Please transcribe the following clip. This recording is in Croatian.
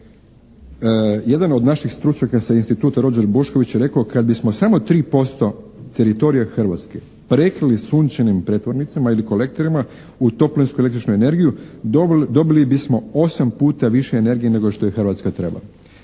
Jedan od naših stručnjaka sa Instituta Ruđer Bošković je rekao: «Kad bismo samo tri posto teritorija Hrvatske prekrili sunčanim pretvornicama ili kolektorima u toplinsku električnu energiju dobili bismo 8 puta više energije nego što je Hrvatska treba».